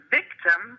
victim